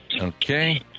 Okay